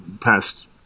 past